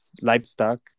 livestock